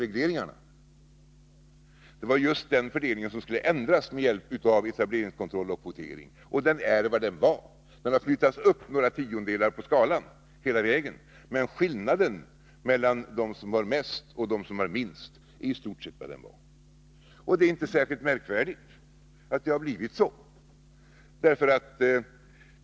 Men det var just denna fördelning som skulle ändras med hjälp av kvotering och etableringskontroll. Fördelningen har flyttats upp några tiondelar på skalan hela vägen, men skillnaden mellan dem som har mest och dem som har minst är i stort sett vad den var. Det är inte särskilt märkvärdigt att det har blivit så.